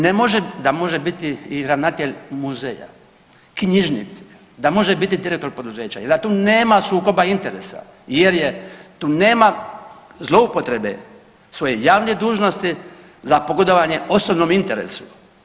Ne može da može biti i ravnatelj muzeja, knjižnice, da može biti direktor poduzeća i da tu nema sukoba interesa jer je tu nema zloupotrebe svoje javne dužnosti za pogodovanje osobnom interesu.